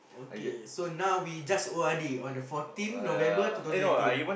okay so now we just O_R_D on the fourteen November two thousand eighteen